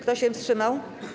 Kto się wstrzymał?